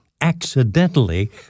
accidentally